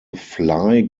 fly